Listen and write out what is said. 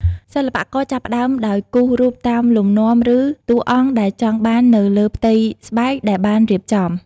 សិល្បករចាប់ផ្តើមដោយគូសរូបតាមលំនាំឬតួអង្គដែលចង់បាននៅលើផ្ទៃស្បែកដែលបានរៀបចំ។